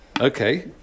Okay